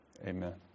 Amen